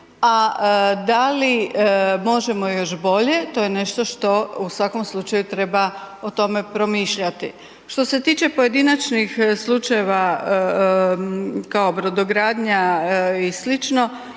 A da li možemo još bolje, to je nešto što u svakom slučaju treba o tome promišljati. Što se tiče pojedinačnih slučajeva kao brodogradnja i